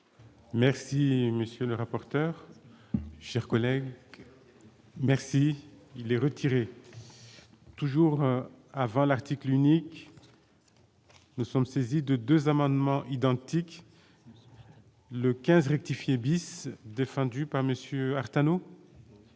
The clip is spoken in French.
Merci, monsieur le rapporteur, chers collègues, merci, il est retiré. Toujours avant l'article unique, nous sommes saisis de 2 amendements identiques, le 15 rectifier bis défendue par monsieur Artano.